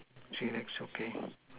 three legs okay